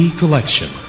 collection